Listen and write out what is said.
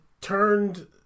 turned